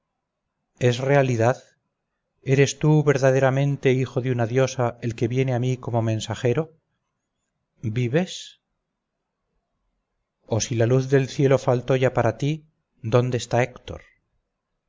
es realidad eres tú verdaderamente hijo de una diosa el que viene a mí como mensajero vives o si la luz del cielo faltó ya para ti dónde está héctor